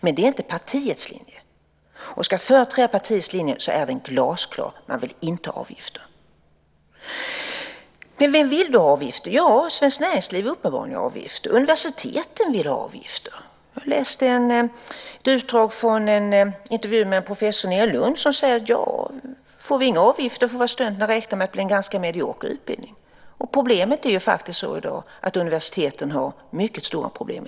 Men det är inte partiets linje. Ska jag företräda partiets linje så är den glasklar: Man vill inte ha avgifter. Vem vill då ha avgifter? Ja, uppenbarligen vill Svenskt Näringsliv ha avgifter, och universiteten vill ha avgifter. Jag läste ett utdrag ur en intervju med en professor nere i Lund som säger: Får vi inga avgifter får väl studenterna räkna med att det blir en ganska medioker utbildning. Problemet i dag är faktiskt att universiteten i Sverige har mycket stora problem.